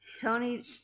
tony